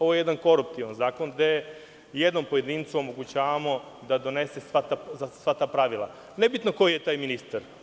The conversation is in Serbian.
Ovo je jedan koruptivan zakon, gde jednom pojedincu omogućavamo da donese sva ta pravila, nebitno ko je taj ministar.